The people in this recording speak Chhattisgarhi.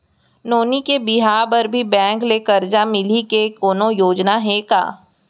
नोनी के बिहाव बर भी बैंक ले करजा मिले के कोनो योजना हे का?